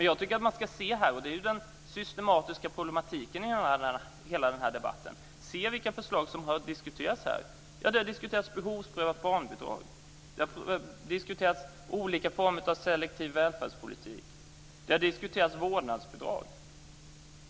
Jag tycker - och det är den systematiska problematiken i hela den här debatten - att man ska se vilka förslag som har diskuterats här. Det har diskuterats behovsprövat barnbidrag. Det har diskuterats olika former av selektiv välfärdspolitik. Det har diskuterats vårdnadsbidrag.